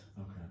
Okay